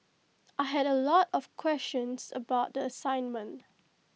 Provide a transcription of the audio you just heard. I had A lot of questions about the assignment